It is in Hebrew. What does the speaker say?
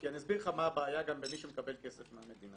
כי אני אסביר לך גם מה הבעיה למי שמקבל בסוף כסף מהמדינה.